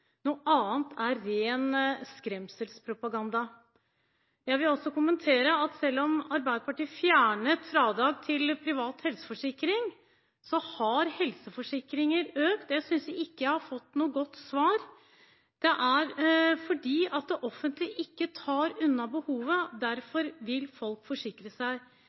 noe annet er ren skremselspropaganda. Jeg vil også kommentere at selv om Arbeiderpartiet fjernet fradrag til privat helseforsikring, har helseforsikringer økt. Der synes jeg ikke jeg har fått noe godt svar. Det er fordi det offentlige ikke tar unna behovet – derfor vil folk forsikre seg.